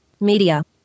Media